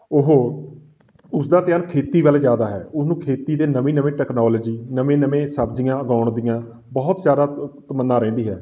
ਉਹ ਉਸ ਦਾ ਧਿਆਨ ਖੇਤੀ ਵੱਲ ਜ਼ਿਆਦਾ ਹੈ ਉਹਨੂੰ ਖੇਤੀ ਦੇ ਨਵੀਂ ਨਵੀਂ ਟੈਕਨੋਲਜੀ ਨਵੇਂ ਨਵੇਂ ਸਬਜ਼ੀਆਂ ਉਗਾਉਣ ਦੀਆਂ ਬਹੁਤ ਜ਼ਿਆਦਾ ਤਮੰਨਾ ਰਹਿੰਦੀ ਹੈ